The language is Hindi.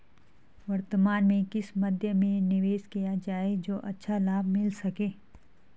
वर्तमान में किस मध्य में निवेश किया जाए जो अच्छा लाभ मिल सके?